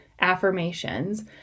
affirmations